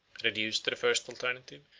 reduced to the first alternative,